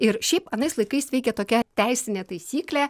ir šiaip anais laikais veikė tokia teisinė taisyklė